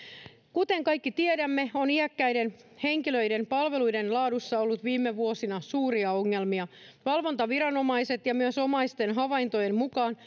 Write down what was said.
kuten kaikki tiedämme on iäkkäiden henkilöiden palveluiden laadussa ollut viime vuosina suuria ongelmia valvontaviranomaisten ja myös omaisten havaintojen mukaan